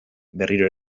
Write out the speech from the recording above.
berriro